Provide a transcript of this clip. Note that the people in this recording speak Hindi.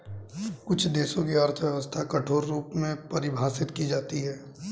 कुछ देशों की अर्थव्यवस्था कठोर रूप में परिभाषित की जाती हैं